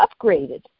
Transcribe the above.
upgraded